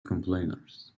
complainers